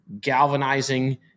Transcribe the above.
galvanizing